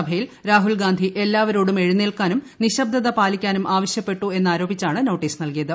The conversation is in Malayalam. സ്ട്യിൽ രാഹുൽഗാന്ധി എല്ലാവരോടും എഴുന്നേൽക്കാനും നിശ്ശബ്ദത് പാലിക്കാനും ആവശ്യപ്പെട്ടു എന്നാരോപിച്ചാണ് നോട്ടീസ്സ് നൽകിയത്